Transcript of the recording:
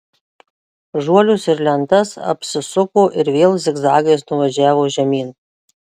žuolius ir lentas apsisuko ir vėl zigzagais nuvažiavo žemyn